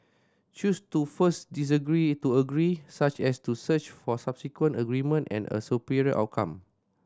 choose to first disagree to agree such as to search for subsequent agreement and a superior outcome